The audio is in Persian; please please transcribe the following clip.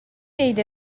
عید